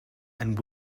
and